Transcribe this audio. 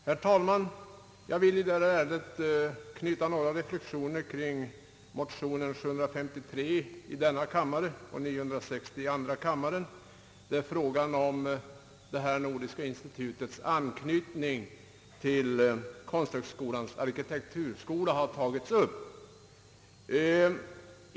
Herr talman! Jag vill i detta ärende göra några reflexioner i anledning av motionerna I: 753 och II: 960, där frågan om det nordiska institutets anknytning till konsthögskolans arkitekturskola har tagits upp.